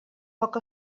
poc